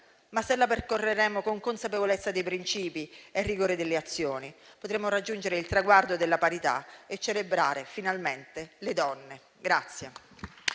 ma se la percorreremo con consapevolezza dei principi e rigore delle azioni, potremo raggiungere il traguardo della parità e celebrare, finalmente, le donne.